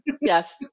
Yes